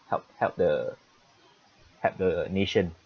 help help the help the nation